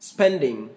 Spending